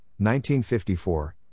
1954